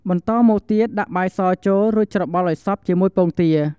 បន្តមកទៀតដាក់បាយសចូល រួចច្របល់ឱ្យសព្វជាមួយពងទា។